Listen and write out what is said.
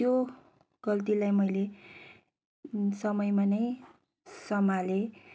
त्यो गल्तीलाई मैले समयमा नै सम्हालेँ